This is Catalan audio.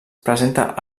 presenta